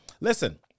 listen